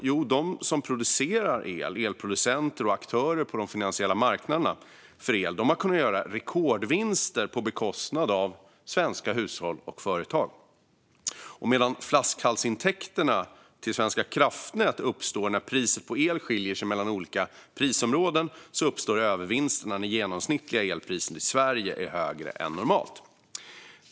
Jo, de som producerar el - elproducenter och aktörer på de finansiella marknaderna för el - har kunnat göra rekordvinster på bekostnad av svenska hushåll och företag. Medan flaskhalsintäkterna till Svenska kraftnät uppstår när priset på el skiljer sig mellan olika prisområden uppstår övervinsterna när det genomsnittliga elpriset i Sverige är högre än normalt.